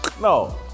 No